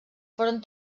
foren